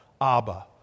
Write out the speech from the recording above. Abba